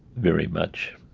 very much